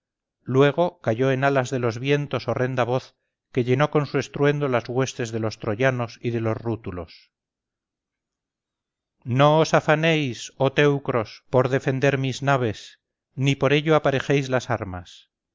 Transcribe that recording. luego cayó en alas de los vientos horrenda voz que llenó con su estruendo las huestes de los troyanos y de los rútulos no os afanéis oh teucros por defender mis naves ni por ello aparejéis las armas